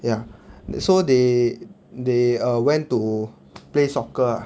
ya so they they err went to play soccer ah